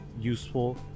useful